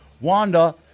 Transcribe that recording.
Wanda